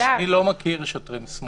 אני לא מכיר שוטרים סמויים.